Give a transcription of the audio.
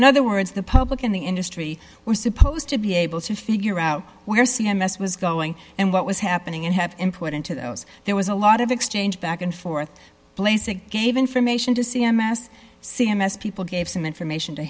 in other words the public in the industry were supposed to be able to figure out where c m s was going and what was happening and have input into those there was a lot of exchange back and forth place a gave information to c m s c m s people gave some information to